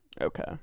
Okay